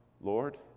Lord